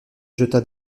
jeta